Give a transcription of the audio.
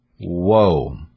whoa